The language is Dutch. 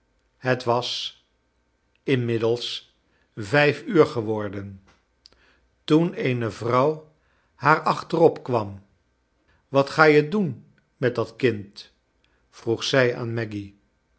t was inmiddels vijf uur ge worden to en eene vrouw haar achterop kwam wat ga je doen met dat kind vroeg zij aan maggy